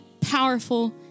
powerful